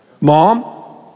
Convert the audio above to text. Mom